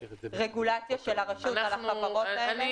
רגולציה של הרשות על החברות האלה.